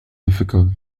difficult